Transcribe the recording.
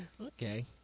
Okay